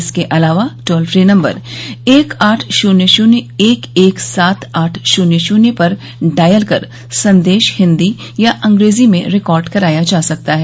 इसके अलावा toll free number एक आठ शून्य शून्य एक एक सात आठ शून्य शून्य पर डायल कर संदेश हिन्दी या अंग्रेजी में रिकॉर्ड कराया जा सकता है